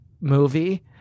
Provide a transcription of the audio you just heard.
movie